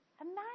Imagine